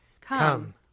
Come